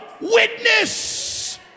witness